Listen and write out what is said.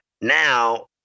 now